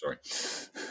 sorry